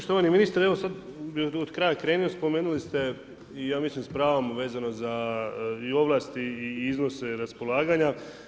Štovani ministre, evo, sad bi od kraja krenuo, spomenuli ste i ja mislim s pravom vezano i za ovlasti i iznose i raspolaganja.